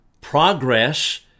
progress